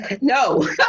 No